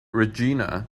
regina